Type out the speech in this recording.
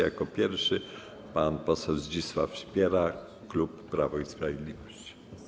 Jako pierwszy pan poseł Zdzisław Sipiera, klub Prawo i Sprawiedliwość.